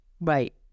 Right